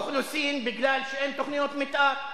צפיפות אוכלוסין, מכיוון שאין תוכניות מיתאר,